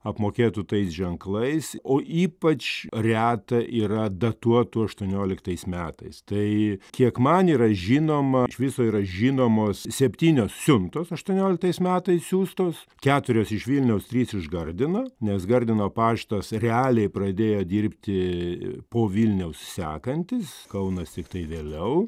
apmokėtų tais ženklais o ypač reta yra datuotų aštuonioliktais metais tai kiek man yra žinoma iš viso yra žinomos septynios siuntos aštuonioliktais metais siųstos keturios iš vilniaus trys iš gardino nes gardino paštas realiai pradėjo dirbti po vilniaus sekantis kaunas tiktai vėliau